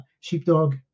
sheepdog